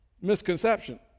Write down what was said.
Misconception